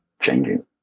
changing